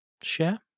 share